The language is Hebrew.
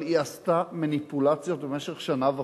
אבל היא עשתה מניפולציה במשך שנה וחצי.